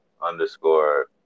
underscore